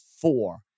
four